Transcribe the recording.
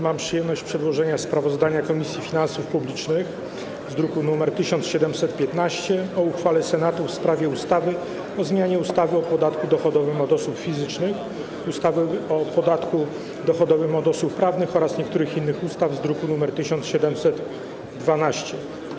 Mam przyjemność przedłożenia sprawozdania Komisji Finansów Publicznych z druku nr 1715 o uchwale Senatu w sprawie ustawy o zmianie ustawy o podatku dochodowym od osób fizycznych, ustawy o podatku dochodowym od osób prawnych oraz niektórych innych ustaw z druku nr 1712.